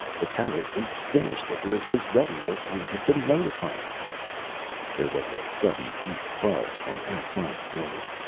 the turret was finished, icarus was ready, the fleet had been notified there was a sudden deep buzz from outside the building.